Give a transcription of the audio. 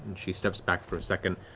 she steps back for a second,